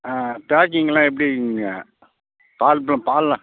பேக்கிங்லாம் எப்படிங்க பால் ப பால்லாம்